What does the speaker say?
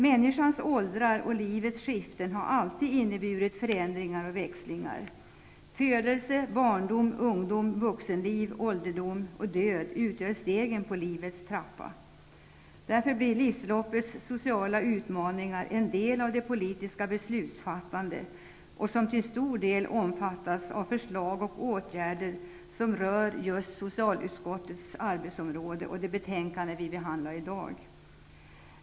Människans åldrar och livets skiften har alltid inneburit förändringar och växlingar. Födelse, barndom, ungdom, vuxenliv, ålderdom och död utgör stegen på livets trappa. Därför blir livsloppets sociala utmaningar en del av det politiska beslutsfattandet, något som till stor del omfattas av förslag och åtgärder som rör just socialutskottets arbetsområde och det betänkande som vi i dag behandlar.